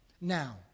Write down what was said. Now